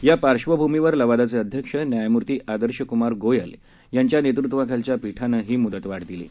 या पार्श्वभूमीवर लवादाचे अध्यक्ष न्यायमूर्ती आदर्श क्मार गोयल यांच्या नेतृत्वाखालच्या पीठानं ही म्दतवाढ दिली आहे